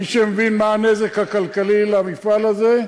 מי שמבין מה הנזק הכלכלי למפעל הזה,